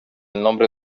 nombre